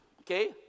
Okay